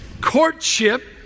Courtship